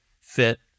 fit